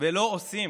ולא עושים.